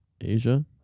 Asia